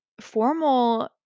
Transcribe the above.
formal